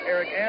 Eric